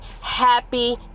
happy